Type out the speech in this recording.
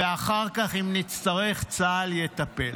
ואחר כך, אם נצטרך, צה"ל יטפל.